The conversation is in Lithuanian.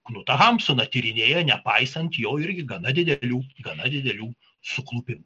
knutą hamsuną tyrinėja nepaisant jo irgi gana didelių gana didelių suklupimų